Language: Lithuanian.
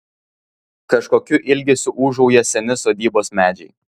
kažkokiu ilgesiu ūžauja seni sodybos medžiai